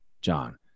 John